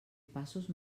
passos